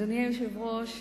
אדוני היושב-ראש,